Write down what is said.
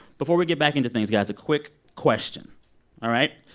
before we get back into things, guys, a quick question all right?